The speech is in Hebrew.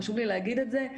חשוב לי להגיד את זה,